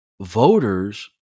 voters